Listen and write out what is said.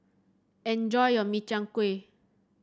enjoy your Min Chiang Kueh